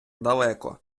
далеко